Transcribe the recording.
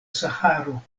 saharo